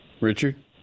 Richard